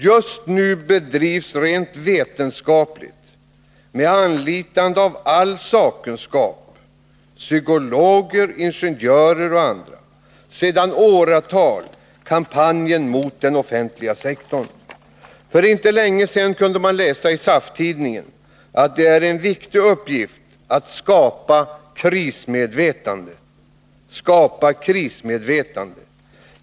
Just nu bedrivs rent vetenskapligt — med anlitande av all sakkunskap, psykologer, ingenjörer och andra — sedan åratal tillbaka kampanjen mot den offentliga sektorn. För inte länge sedan kunde man läsa i SAF-tidningen att det är en viktig uppgift att ”skapa krismedvetande”.